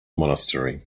monastery